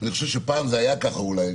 אני חושב שפעם זה היה ככה אולי,